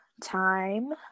time